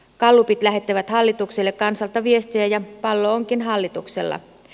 gallupit lähettävät hallitukselle kansalta viestiä ja pallo onkin hallituksella